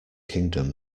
kingdom